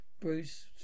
Bruce